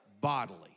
Bodily